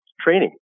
training